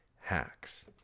hacks